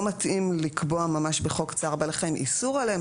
מתאים לקבוע ממש בחוק צער בעלי חיים איסור עליהם.